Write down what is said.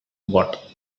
what